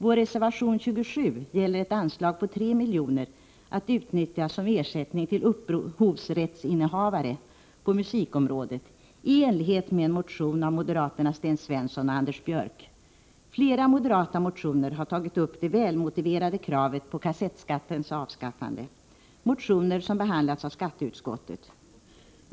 Vår reservation 27 gäller ett anslag på 3 milj.kr., att utnyttjas som ersättning till upphovsrättsinnehavare på musikområdet, i enlighet med en motion av moderaterna Sten Svensson och Anders Björck. Flera moderata motioner har tagit upp det välmotiverade kravet på kassettskattens avskaffande — motioner som behandlats av skatteutskottet.